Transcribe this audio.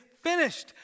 finished